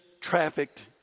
trafficked